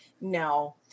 no